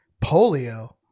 polio